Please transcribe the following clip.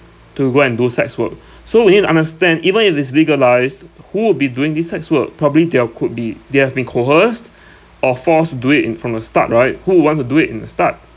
to go and do sex work so we need to understand even if it's legalised who will be doing these sex work probably they all could be they have been coerced or forced to do it in from the start right who would want to do it in the start